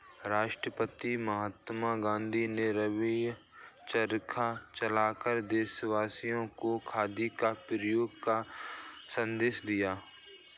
राष्ट्रपिता महात्मा गांधी ने स्वयं चरखा चलाकर देशवासियों को खादी के प्रयोग का संदेश दिया